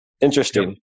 Interesting